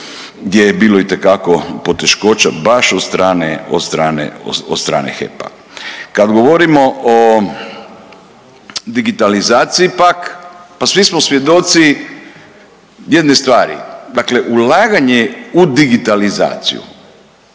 gdje je bilo itekako poteškoća baš od strane HEP-a. Kad govorimo o digitalizaciji pak, pa svi smo svjedoci jedne stvari. Dakle, ulaganje u digitalizaciju